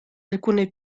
alcune